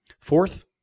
Fourth